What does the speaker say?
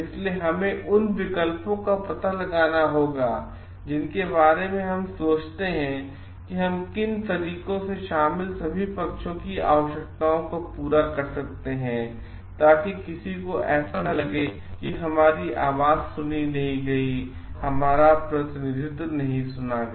इसलिए हमें उन विकल्पों का पता लगाना होगा जिनके बारे में हम सोचते हैं कि हम किन तरीकों से शामिल सभी पक्षों की आवशयक्ताओं को पूरा कर सकते हैं है ताकि किसी को ऐसा न लगे कि हम मेरी आवाज नहीं सुनी गयी या प्रतिनिधित्व नहीं सुना गया